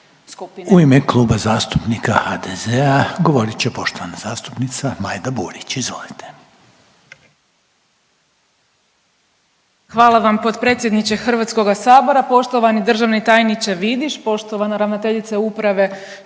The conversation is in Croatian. U ime Kluba zastupnika HDZ-a govorit će poštovana zastupnica Majda Burić, izvolite. **Burić, Majda (HDZ)** Hvala vam potpredsjedniče HS-a, poštovani državni tajniče Vidiš, poštovana ravnateljice uprave,